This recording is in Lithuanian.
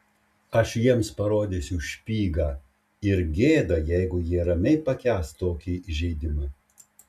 aš jiems parodysiu špygą ir gėda jeigu jie ramiai pakęs tokį įžeidimą